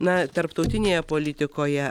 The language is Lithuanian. na tarptautinėje politikoje